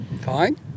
Fine